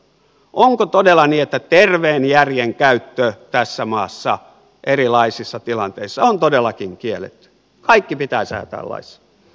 onko todella niin että terveen järjen käyttö tässä maassa erilaisissa tilanteissa on todellakin kielletty kaikki pitää säätää laissa